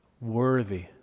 worthy